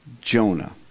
Jonah